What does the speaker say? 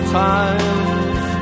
times